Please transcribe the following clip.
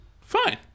fine